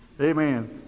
Amen